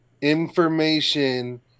information